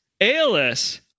ALS